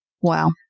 Wow